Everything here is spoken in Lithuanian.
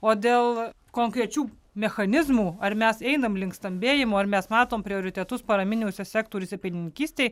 o dėl konkrečių mechanizmų ar mes einam link stambėjimo ar mes matom prioritetus paraminiuose sektoriuose pienininkystėj